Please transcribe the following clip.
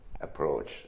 approach